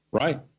Right